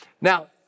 Now